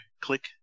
click